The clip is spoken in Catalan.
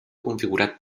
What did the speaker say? configurat